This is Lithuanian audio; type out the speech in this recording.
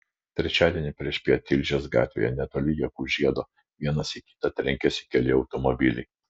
trečiadienį priešpiet tilžės gatvėje netoli jakų žiedo vienas į kitą trenkėsi keli automobiliai